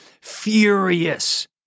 furious